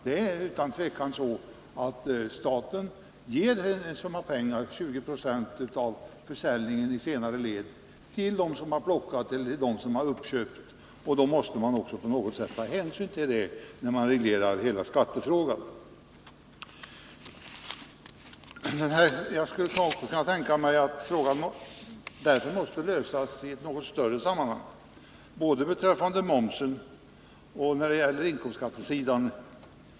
Det är utan tvivel så, att staten ger en summa pengar — 20 96 av försäljningen i senare led — till plockaren eller uppköparen. Det måste man på något sätt ta hänsyn till vid regleringen av hela skattefrågan. Jag kan därför tänka mig att frågan måste lösas i ett något större sammanhang, både beträffande momsen och beträffande inkomstskattesidan.